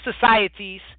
societies